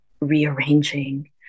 rearranging